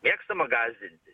mėgstama gąsdinti